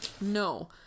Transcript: No